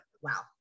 wow